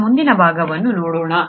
ಈಗ ಮುಂದಿನ ಭಾಗವನ್ನು ನೋಡೋಣ